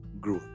growth